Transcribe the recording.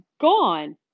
gone